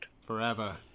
Forever